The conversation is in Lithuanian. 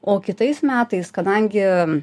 o kitais metais kadangi